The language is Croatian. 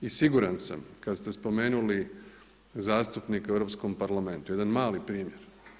I siguran sam kad ste spomenuli zastupnike u Europskom parlamentu, jedan mali primjer.